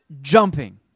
jumping